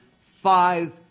five